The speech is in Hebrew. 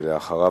ולאחריו,